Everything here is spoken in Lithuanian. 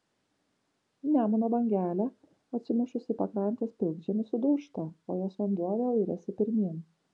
nemuno bangelė atsimušusi į pakrantės pilkžemį sudūžta o jos vanduo vėl iriasi pirmyn